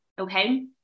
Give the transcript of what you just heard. Okay